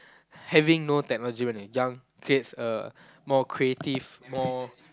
having no technology when you are young creates a more creative more